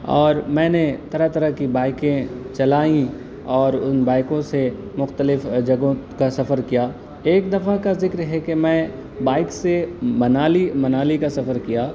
اور میں نے طرح طرح کی بائکیں چلائیں اور ان بائکوں سے مختلف جگہوں کا سفر کیا ایک دفعہ کا ذکر ہے کہ میں بائک سے منالی منالی کا سفر کیا